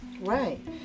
Right